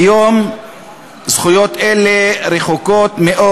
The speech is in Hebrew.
כיום זכויות אלה רחוקות מאוד